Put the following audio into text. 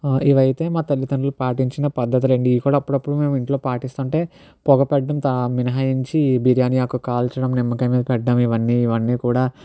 ఇవైతే మా తల్లిదండ్రులు పాటించినపద్ధతులు అండి ఇవి కూడా అప్పుడప్పుడు మేము ఇంట్లో పాటిస్తుంటే పొగ పెట్టడం మినహాయించి బిర్యానీ ఆకు కాల్చడం నిమ్మకాయ మీద పెట్టడం ఇవన్నీ ఇవన్నీ కూడా